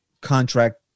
contract